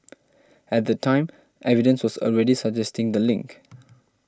at the time evidence was already suggesting the link